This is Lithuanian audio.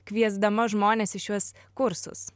kviesdama žmones į šiuos kursus